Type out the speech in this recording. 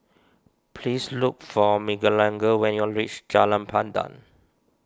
please look for Miguelangel when you reach Jalan Pandan